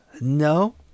No